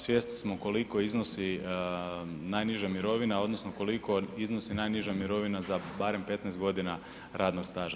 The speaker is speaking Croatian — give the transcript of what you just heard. Svjesni smo koliko iznosi najniža mirovina odnosno koliko iznosi najniža mirovina za barem 15 godina radnog staža.